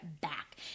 back